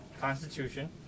Constitution